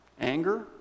anger